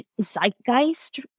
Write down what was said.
zeitgeist